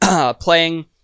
playing